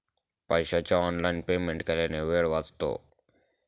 पैशाचे online payment केल्याने वेळ वाचतो